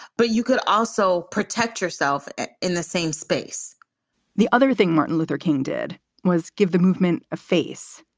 but you could also protect yourself in the same space the other thing martin luther king did was give the movement a face,